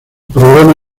programa